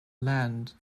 land